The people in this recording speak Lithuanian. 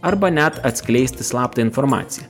arba net atskleisti slaptą informaciją